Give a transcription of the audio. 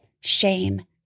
shame